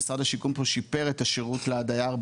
משרד השיכון פה שיפר את השירות לדייר,